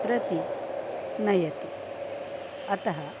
प्रति नयति अतः